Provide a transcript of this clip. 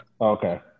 Okay